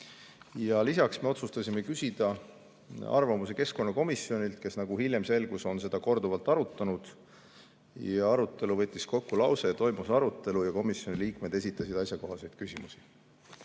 Lisaks otsustasime küsida arvamust keskkonnakomisjonilt, kes, nagu hiljem selgus, on seda korduvalt arutanud. Arutelu võttis kokku järgmine lause: toimus arutelu ja komisjoni liikmed esitasid asjakohaseid küsimusi.